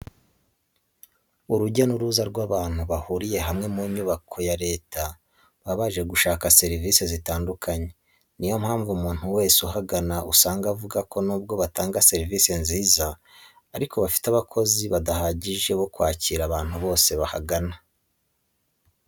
Urujya n'uruza rw'abantu bahuriye hamwe mu nyubako ya Leta baba baje gushaka serivise zitandukanye. Niyo mpamvu umuntu wese uhagana usanga avuga ko nubwo batanga serivise nziza ariko bafite abakozi badahagije bo kwakira abantu bose bahaza.